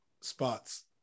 spots